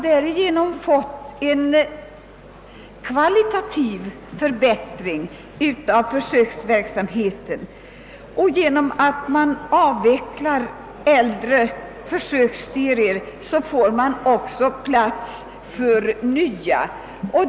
Därigenom har en kvalitativ förbättring av försöksverksamheten åstadkommits, och genom att äldre försöksserier avvecklas blir det plats för nya.